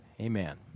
Amen